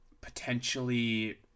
potentially